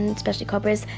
and especially cobras.